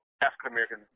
African-American